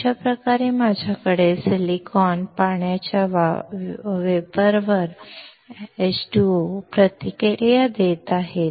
अशावेळी माझ्याकडे सिलिकॉन पाण्याच्या वाफेवर प्रतिक्रिया देत आहे